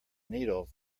needle